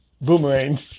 Boomerang